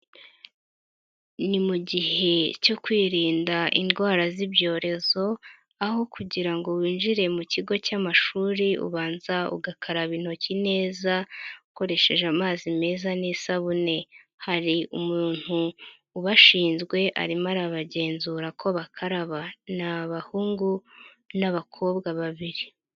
Ni mu gihe cyo kwirinda indwara z'ibyorezo aho kugira ngo winjire mu kigo cy'amashuri ubanza ugakaraba intoki neza ukoresheje amazi meza n'isabune, hari umuntu ubashinzwe arimo arabagenzura uko bakaraba, ni abahungu n'abakobwa babiri.